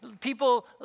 People